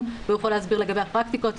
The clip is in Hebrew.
והוא יכול להסביר לגבי הפרקטיקות,